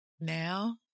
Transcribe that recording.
now